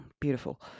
beautiful